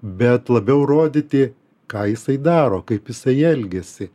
bet labiau rodyti ką jisai daro kaip jisai elgiasi